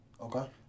Okay